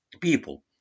people